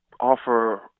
offer